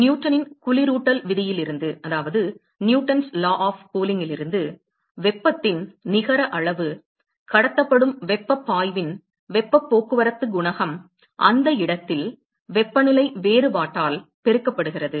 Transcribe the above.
நியூட்டனின் குளிரூட்டல் விதியிலிருந்து Newton's law of cooling வெப்பத்தின் நிகர அளவு கடத்தப்படும் வெப்பப் பாய்வின் வெப்பப் போக்குவரத்துக் குணகம் அந்த இடத்தில் வெப்பநிலை வேறுபாட்டால் பெருக்கப்படுகிறது